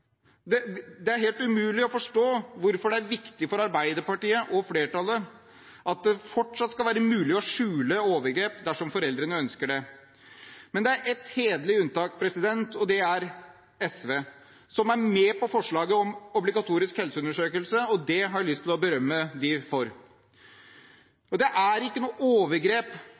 helsekontroll. Det er helt umulig å forstå hvorfor det er viktig for Arbeiderpartiet og flertallet at det fortsatt skal være mulig å skjule overgrep dersom foreldrene ønsker det. Men det er ett hederlig unntak, og det er SV, som er med på forslaget om obligatorisk helseundersøkelse, og det har jeg lyst til å berømme dem for. Det er ikke noe overgrep